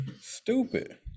Stupid